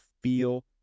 feel